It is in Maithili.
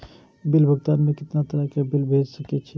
बिल भुगतान में कितना तरह के बिल भेज सके छी?